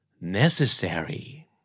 necessary